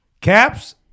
Caps